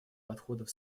подходов